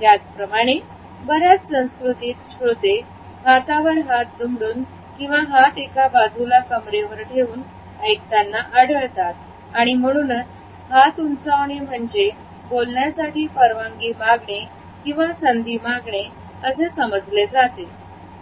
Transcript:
त्याचप्रमाणे बऱ्याच संस्कृतीत श्रोते हातावर हात दुमडून किंवा हात एका बाजूला कमरेवर ठेवून ऐकताना आढळतात आणि म्हणूनच हात उंचावणे म्हणजे बोलण्यासाठी परवानगी मागणे किंवा संधी मागणे असे समजले जाते